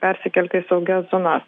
persikelti į saugias zonas